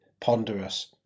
ponderous